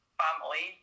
family